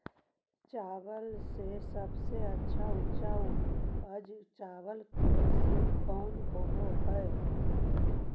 चावल के सबसे अच्छा उच्च उपज चावल किस्म कौन होव हई?